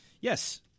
Yes